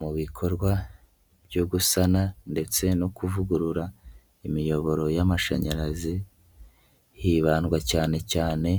Mu bikorwa byo gusana ndetse no kuvugurura imiyoboro y'amashanyarazi hibandwa cyane cyane